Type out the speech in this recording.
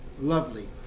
lovely